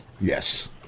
Yes